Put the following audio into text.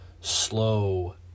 slow